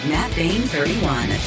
MattBain31